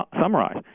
summarize